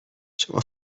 شما